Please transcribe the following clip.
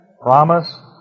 Promise